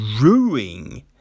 ruining